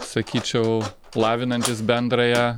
sakyčiau lavinantis bendrąją